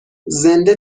زنده